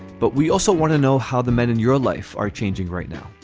but we also want to know how the men in your life are changing right now.